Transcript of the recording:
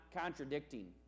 contradicting